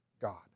God